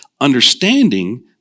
Understanding